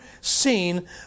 seen